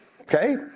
Okay